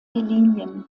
linien